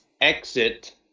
exit